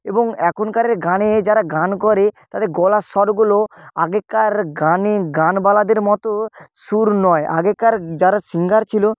এবং এখনকার গানে যারা গান করে তাদের গলার স্বরগুলো আগেকার গানের গানওয়ালাদের মতো সুর নয় আগেকার যারা সিঙ্গার ছিলো